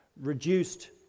reduced